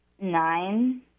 nine